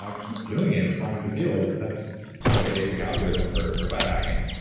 ah keep doing it as long as you feel it that's kind of a basic algorithm for for biohacking,